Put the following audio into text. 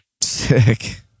Sick